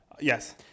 Yes